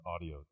audio